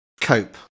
cope